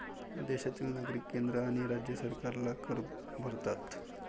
देशातील नागरिक केंद्र आणि राज्य सरकारला कर भरतात